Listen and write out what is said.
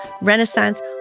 Renaissance